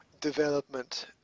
development